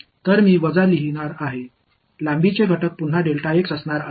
எனவே நான் ஒரு மைனஸ் எழுதப் போகிறேன் நீள உறுப்பு மீண்டும் அக இருக்கும்